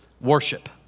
worship